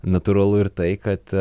natūralu ir tai kad